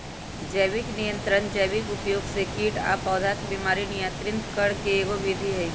जैविक नियंत्रण जैविक उपयोग से कीट आ पौधा के बीमारी नियंत्रित करे के एगो विधि हई